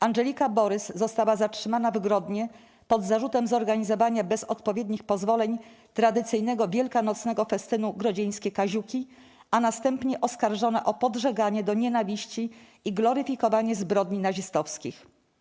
Andżelika Borys została zatrzymana w Grodnie pod zarzutem zorganizowania bez odpowiednich pozwoleń tradycyjnego wielkanocnego festynu 'Grodzieńskie Kaziuki', a następnie oskarżona o 'podżeganie do nienawiści' i 'gloryfikowanie zbrodni nazistowskich'